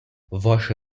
ваше